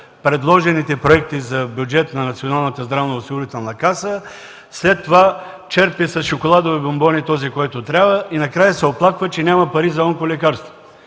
предложените проекти за бюджет на Националната здравноосигурителна каса, след това черпи с шоколадови бонбони този, когото трябва и накрая се оплаква, че няма пари за онколекарства.